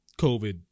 COVID